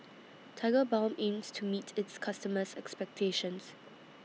Tigerbalm aims to meet its customers' expectations